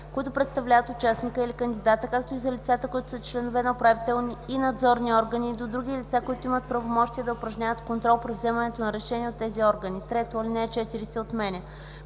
които представляват участника или кандидата, както и за лицата, които са членове на управителни и надзорни органи и до други лица, които имат правомощия да упражняват контрол при вземането на решения от тези органи,” 3. Алинея 4 се отменя.